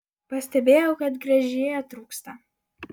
pastebėjau kad gręžėjo trūksta